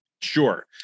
sure